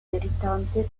irritante